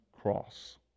cross